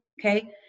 okay